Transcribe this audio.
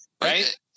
Right